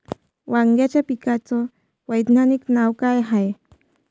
वांग्याच्या पिकाचं वैज्ञानिक नाव का हाये?